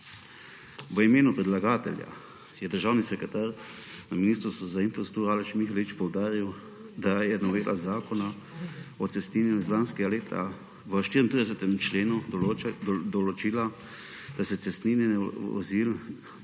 V imenu predlagatelja je državni sekretar na Ministrstvu za infrastrukturo Aleš Mihelič poudaril, da je novela Zakona o cestninjenju iz lanskega leta v 34. člena določila, da se cestninjenje do